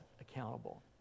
accountable